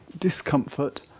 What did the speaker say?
discomfort